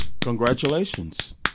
Congratulations